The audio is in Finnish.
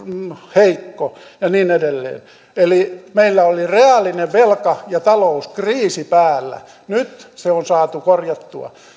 heikko ja niin edelleen eli meillä oli reaalinen velka ja talouskriisi päällä nyt se on saatu korjattua